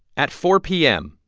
at four p m.